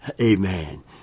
Amen